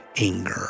anger